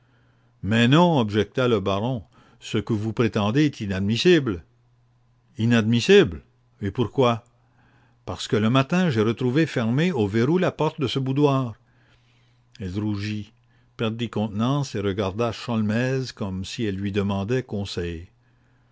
mais non objecta le baron ce que vous prétendez est inadmissible puisque le matin j'ai retrouvé fermée la porte de ce boudoir elle rougit perdit contenance et regarda sholmès comme si elle lui demandait conseil